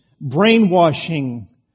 brainwashing